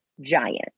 giant